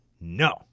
No